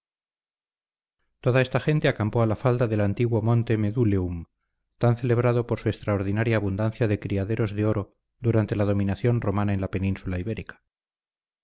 toda esta gente acampó a la falda del antiguo monte meduleum tan celebrado por su extraordinaria abundancia de criaderos de oro durante la dominación romana en la península ibérica